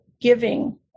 giving